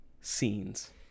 scenes